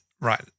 Right